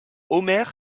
omer